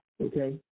okay